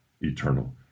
eternal